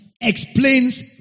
explains